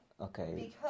Okay